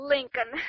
Lincoln